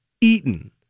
eaten